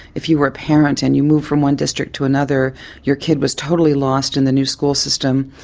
if you were a parent and you moved from one district to another your kid was totally lost in the new school system.